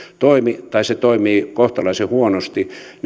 toimi tai se toimii kohtalaisen huonosti